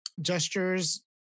gestures